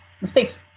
mistakes